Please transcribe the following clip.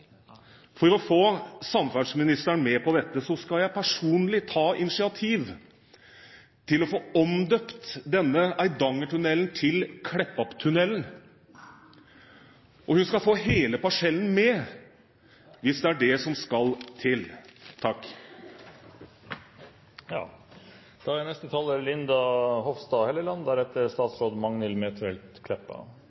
for å få samferdselsministeren med på dette, så skal jeg personlig ta initiativ til å få omdøpt denne Eidangertunnelen til Kleppa-tunnelen, og hun skal få hele parsellen med – hvis det er det som skal til. Neste taler er Linda C. Hofstad Helleland. Presidenten kan ikke se representanten Hofstad Helleland